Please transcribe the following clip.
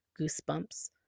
goosebumps